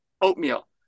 oatmeal